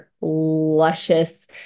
luscious